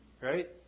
right